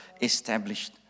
established